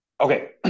Okay